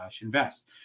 invest